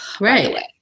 right